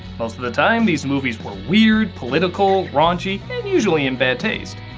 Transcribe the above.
most of the time, these movies were weird, political, raunchy and usually in bad taste.